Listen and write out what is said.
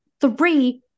Three